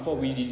ya